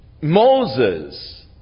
Moses